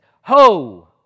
ho